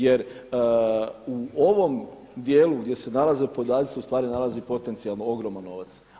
Jer, u ovom dijelu gdje se nalaze podaci ustvari se nalazi potencijalno ogroman novac.